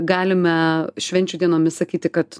galime švenčių dienomis sakyti kad